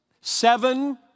seven